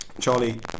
Charlie